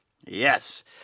Yes